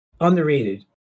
underrated